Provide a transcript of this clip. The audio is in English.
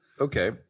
okay